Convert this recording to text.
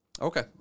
Okay